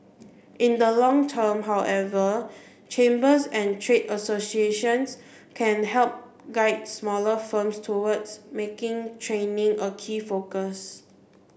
in the long term however chambers and trade associations can help guide smaller firms towards making training a key focus